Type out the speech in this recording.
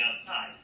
outside